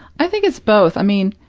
i think it's both. i mean,